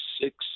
six